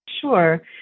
Sure